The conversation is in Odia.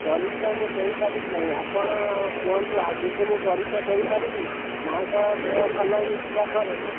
ପରୀକ୍ଷା ମୁଁ ଦେଇପାରିବି ନାହିଁ ଆପଣ କୁହନ୍ତୁ ଆଗକୁ ମୁଁ ପରୀକ୍ଷା ଦେଇପାରିବି ମା'ଙ୍କ ଦେହ ଭଲ ହୋଇଯିବାପରେ